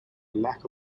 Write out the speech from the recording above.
lack